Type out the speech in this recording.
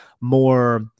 more